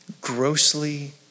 grossly